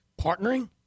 partnering